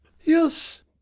Yes